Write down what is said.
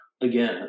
again